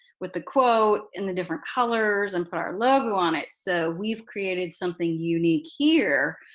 with the quote in the different colors and put our logo on it, so we've created something unique here,